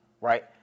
right